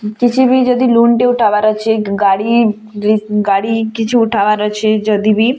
କିଛି ବି ଯଦି ଲୋନ୍ଟେ ଉଠାବାର୍ ଅଛି ଗାଡ଼ି ଗାଡ଼ି କିଛି ଉଠାବାର ଅଛି ଯଦି ବି